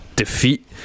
defeat